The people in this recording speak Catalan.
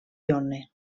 yonne